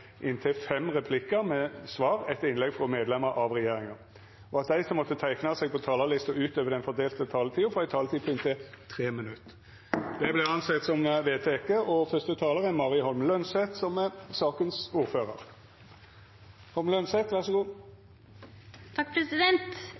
inntil fem replikkar med svar etter innlegg frå medlemer av regjeringa, og at dei som måtte teikna seg på talarlista utover den fordelte taletida, får ei taletid på inntil 3 minutt. – Det er vedteke. Først vil jeg takke komiteen for samarbeidet i saken, som